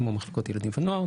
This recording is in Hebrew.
כמו מחלקות ילדים ונוער,